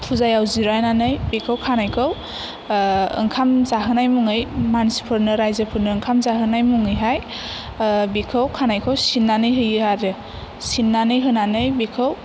फुजायाव जिरायनानै बेखौ खानायखौ ओंखाम जाहोनाय मुङै मानसिफोरनो रायजोफोरनो ओंखाम जाहोनाय मुङैहाय बिखौ खानायखौ सिननानै होयो आरो सिननानै होनानै बिखौ